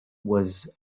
was